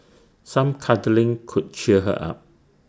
some cuddling could cheer her up